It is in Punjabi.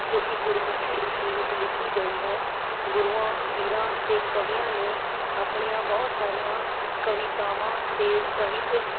ਜੋ ਕਿ ਗੁਰਮੁਖੀ ਲਿਪੀ ਵਿੱਚ ਲਿਖੀ ਗਈ ਹੈ ਗੁਰੂਆਂ ਪੀਰਾਂ ਅਤੇ ਕਵੀਆਂ ਨੇ ਆਪਣੀਆਂ ਬਹੁਤ ਸਾਰੀਆਂ ਕਵਿਤਾਵਾਂ ਅਤੇ ਸਾਹਿਤ